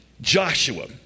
Joshua